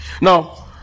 Now